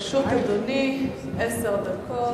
לרשות אדוני עשר דקות.